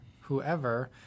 whoever